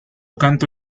canto